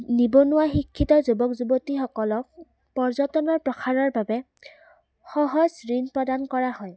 নিবনুৱা শিক্ষিত যুৱক যুৱতীসকলক পৰ্যটনৰ প্ৰসাৰৰ বাবে সহজ ঋণ প্ৰদান কৰা হয়